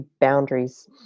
Boundaries